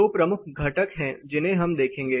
दो प्रमुख घटक हैं जिन्हें हम देखेंगे